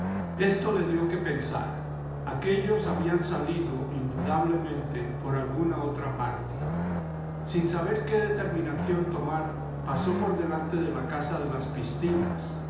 esto le dio que pensar aquéllos habían salido indudablemente por alguna otra parte sin saber qué determinación tomar pasó por delante de la casa de las piscinas